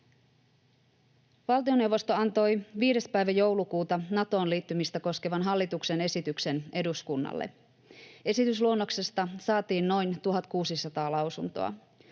Valtioneuvosto antoi 5. päivä joulukuuta Natoon liittymistä koskevan hallituksen esityksen eduskunnalle. Esitysluonnoksesta saatiin noin 1 600 lausuntoa.